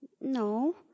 No